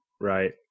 right